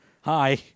Hi